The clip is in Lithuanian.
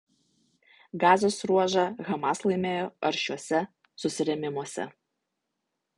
gazos ruožą hamas laimėjo aršiuose susirėmimuose